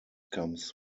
comes